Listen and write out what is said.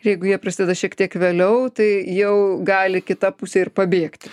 jeigu jie prisideda šiek tiek vėliau tai jau gali kita pusė ir pabėgti